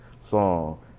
song